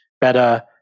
better